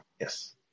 Yes